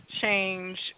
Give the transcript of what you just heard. change